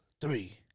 three